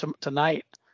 tonight